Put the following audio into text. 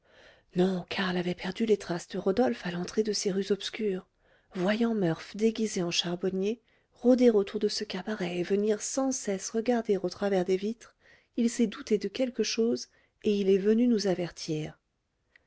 non karl avait perdu les traces de rodolphe à l'entrée de ces rues obscures voyant murph déguisé en charbonnier rôder autour de ce cabaret et venir sans cesse regarder au travers des vitres il s'est douté de quelque chose et il est venu nous avertir